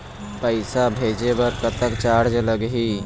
पैसा भेजे बर कतक चार्ज लगही?